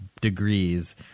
degrees